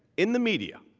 in the media,